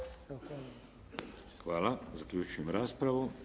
Hvala. Zaključujem raspravu.